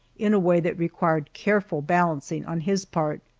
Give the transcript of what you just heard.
in a way that required careful balancing on his part.